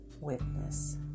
witness